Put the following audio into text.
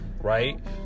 right